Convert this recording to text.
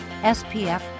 SPF